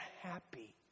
happy